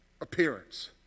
appearance